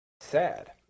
sad